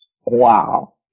Wow